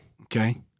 Okay